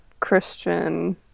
Christian